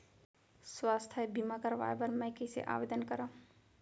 स्वास्थ्य बीमा करवाय बर मैं कइसे आवेदन करव?